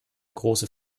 große